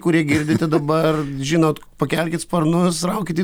kurie girdite dabar žinot pakelkit sparnus raukit į